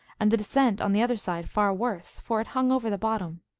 and the descent on the other side far worse, for it hung over the bottom.